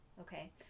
Okay